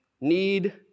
need